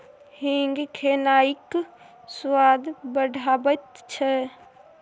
हींग खेनाइक स्वाद बढ़ाबैत छै